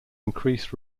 increased